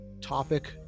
topic